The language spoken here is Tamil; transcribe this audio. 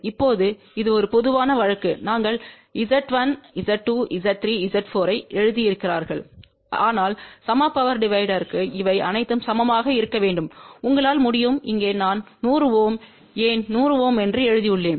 இப்போது இது ஒரு பொதுவான வழக்குநாங்கள் Z1Z2Z3Z4 ஐஎழுதியிருக்கிறார்கள் ஆனால் சம பவர் டிவைடர்க்கு இவை அனைத்தும் சமமாக இருக்க வேண்டும் உங்களால் முடியும் இங்கே நான் 100 Ω ஏன் 100 Ω என்று எழுதியுள்ளேன்